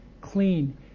clean